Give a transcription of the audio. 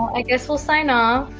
i guess we'll sign off.